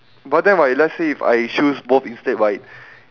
but then right let's say if I choose both instead right